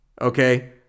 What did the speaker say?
okay